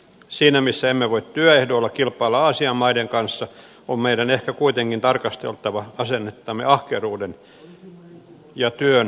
siinä missä emme voi työehdoilla kilpailla aasian maiden kanssa on meidän ehkä kuitenkin tarkasteltava asennettamme ahkeruuden ja työn arvostamiseen